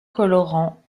colorants